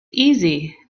easy